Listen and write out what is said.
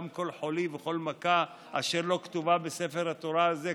גם כל חולי וכל מכה אשר לא כתובה בספר התורה הזה,